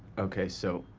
okay, so,